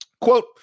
Quote